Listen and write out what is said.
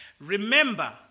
Remember